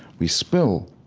we spill,